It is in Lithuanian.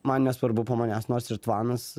man nesvarbu po manęs nors ir tvanas